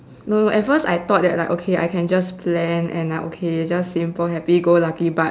no no at first I thought that like okay I can just plan and I okay just simple happy go lucky but